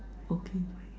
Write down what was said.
okay